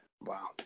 wow